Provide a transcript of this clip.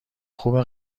خوبه